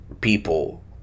people